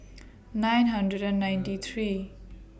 nine hundred ninety three